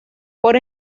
por